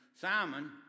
Simon